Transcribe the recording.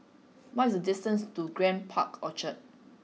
what is the distance to Grand Park Orchard